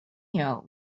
here